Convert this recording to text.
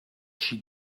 she